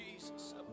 Jesus